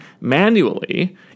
manually